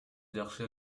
жакшы